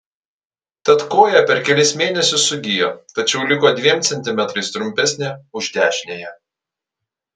tad koja per kelis mėnesius sugijo tačiau liko dviem centimetrais trumpesnė už dešiniąją